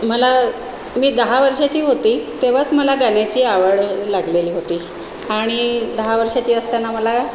मला मी दहा वर्षाची होती तेव्हाच मला गाण्याची आवड लागलेली होती आणि दहा वर्षाची असताना मला